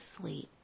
sleep